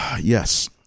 Yes